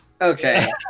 Okay